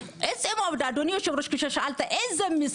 בסוף הממשלה צריכה להחליט מי לוקח את האירוע,